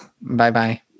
Bye-bye